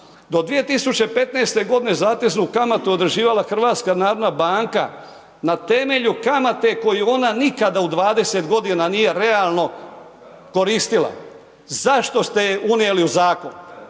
Do 2015. godine zateznu kamatu određivala HNB na temelju kamate koju ona nikada u 20 godina nije realno koristila. Zašto ste je unijeli u zakon?